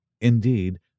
Indeed